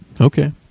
Okay